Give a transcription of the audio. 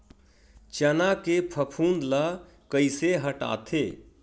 चना के फफूंद ल कइसे हटाथे?